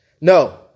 No